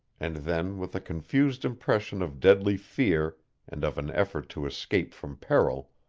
and then with a confused impression of deadly fear and of an effort to escape from peril,